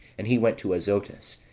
and he went to azotus,